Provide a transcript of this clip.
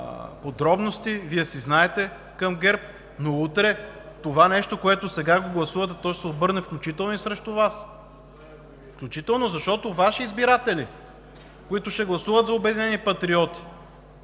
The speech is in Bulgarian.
Вие си знаете, но утре това нещо, което сега гласувате, ще се обърне включително и срещу Вас. Включително, защото Ваши избиратели, които ще гласуват за „Обединени патриоти“,